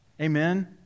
Amen